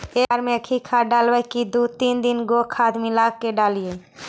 एक बार मे एकही खाद डालबय की दू तीन गो खाद मिला के डालीय?